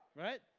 right?